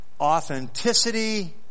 authenticity